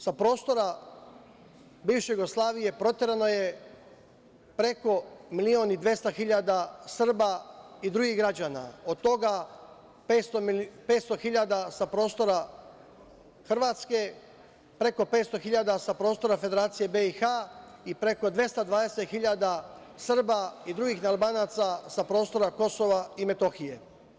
Sa prostora bivše Jugoslavije proterano je preko milion i 200.000 Srba i drugih građana, od toga 500.000 sa prostora Hrvatske, preko 500.000 sa prostora Federacije BiH i preko 220.000 Srba i drugih Albanaca sa prostora KiM.